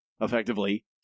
effectively